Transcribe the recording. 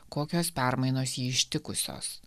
kokios permainos jį ištikusios